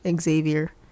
xavier